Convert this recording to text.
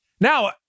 Now